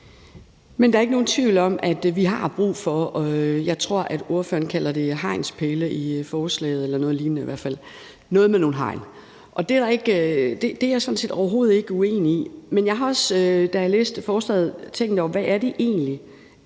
Der er ikke nogen tvivl om, at vi har brug for hegnspæle, tror jeg ordføreren kalder det i forslaget – eller noget lignende i hvert fald; noget med nogle hegn. Det er jeg sådan set overhovedet ikke uenig i. Men jeg har også, da jeg læste forslaget, tænkt over, hvad det egentlig